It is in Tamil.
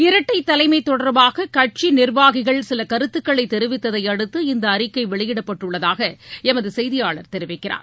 இரட்டை தலைமை தொடர்பாக கட்சி நிர்வாகிகள் சில கருத்துக்களை தெரிவித்தையடுத்து இந்த அறிக்கை வெளியிடப்பட்டுள்ளளதாக எமது செய்தியாளர் தெரிவிக்கிறார்